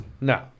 No